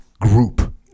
group